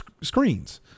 screens